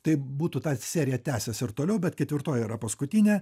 tai būtų ta serija tęsęs ir toliau bet ketvirtoji yra paskutinė